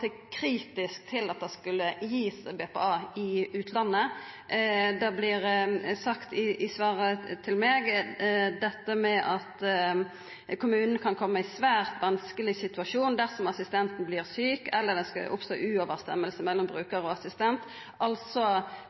til at det skulle verta gitt BPA i utlandet. I svaret til meg vart det sagt at kommunen vil «komme i en svært vanskelig situasjon dersom assistenten blir syk, eller dersom det skulle oppstå uoverensstemmelse mellom bruker og assistent». Det vart altså